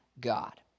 God